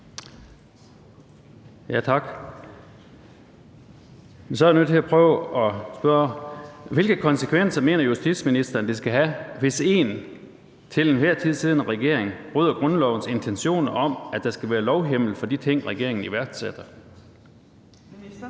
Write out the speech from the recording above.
Tak. Men så er jeg nødt til at prøve at spørge: Hvilke konsekvenser mener justitsministeren det skal have, hvis en til enhver tid siddende regering bryder grundlovens intentioner om, at der skal være lovhjemmel for de ting, regeringen iværksætter? Kl.